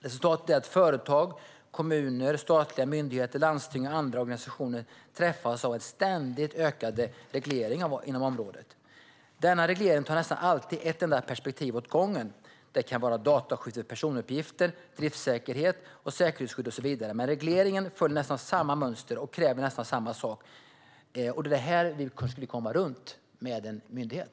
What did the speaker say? Resultatet är att företag, kommuner, statliga myndigheter, landsting och andra organisationer träffas av en ständigt ökad reglering på området. Denna reglering inriktas nästan alltid på ett perspektiv åt gången. Det kan vara dataskydd för personuppgifter, driftssäkerhet, säkerhetsskydd och så vidare, men regleringen följer samma mönster och kräver nästan samma sak. Det är detta vi skulle komma runt med en myndighet.